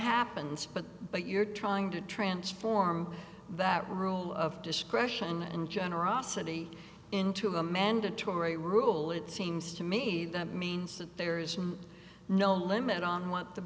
happens but but you're trying to transform that room of discretion and generosity into a mandatory rule it seems to me that means that there is no limit on what the